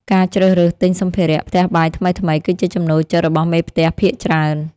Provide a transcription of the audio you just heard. ការជ្រើសរើសទិញសម្ភារៈផ្ទះបាយថ្មីៗ គឺជាចំណូលចិត្តរបស់មេផ្ទះភាគច្រើន។